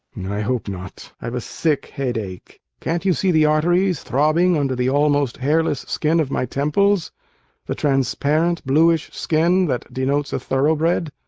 i hope not. i've a sick headache. can't you see the arteries throbbing under the almost hairless skin of my temples the transparent, bluish skin that denotes a thoroughbred?